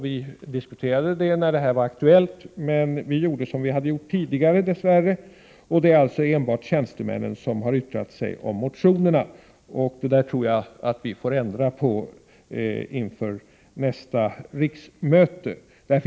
Vi diskuterade det när det här var aktuellt, men vi gjorde dess värre som vi hade gjort tidigare, och det är alltså enbart tjänstemännen som har yttrat sig om motionerna. Det tror jag att vi får ändra på inför nästa riksmöte.